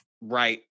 right